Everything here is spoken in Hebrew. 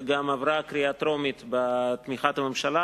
וגם עברה קריאה טרומית בתמיכת הממשלה,